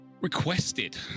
requested